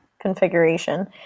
configuration